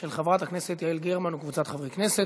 של חברת הכנסת יעל גרמן וקבוצת חברי הכנסת.